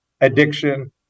addiction